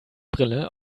brille